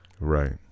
right